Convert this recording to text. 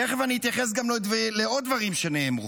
תכף אני אתייחס גם לעוד דברים שנאמרו.